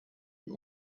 die